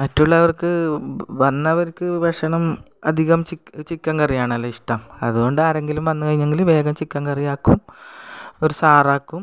മറ്റുള്ളവർക്ക് വന്നവർക്ക് ഭക്ഷണം അധികം ചി ചിക്കൻ കറിയാണല്ലോ ഇഷ്ടം അതുകൊണ്ട് ആരെങ്കിലും വന്നു കഴിഞ്ഞെങ്കിൽ വേഗം ചിക്കൻ കറി ആക്കും ഒരു സാറാക്കും